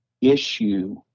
issue